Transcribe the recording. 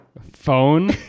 phone